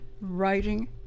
writing